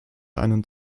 einen